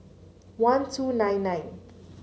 one two nine nine